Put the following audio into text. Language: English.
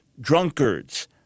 drunkards